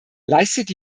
leistet